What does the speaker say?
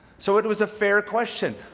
so it was a fair question.